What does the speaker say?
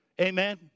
Amen